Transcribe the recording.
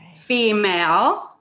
Female